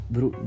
Bro